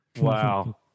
Wow